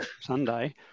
Sunday